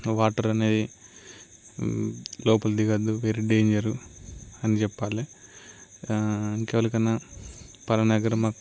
water అనేవి లోపల దిగవద్దు వెరీ డేంజర్ అని చెప్పాలి ఇంకెవరికైనా పలానా దగ్గర మా